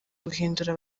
guhindura